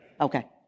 Okay